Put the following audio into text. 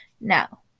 now